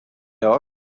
dog